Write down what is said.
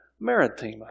Maritima